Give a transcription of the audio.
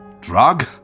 Drug